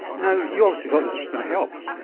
you know you obviously thought this was going to help.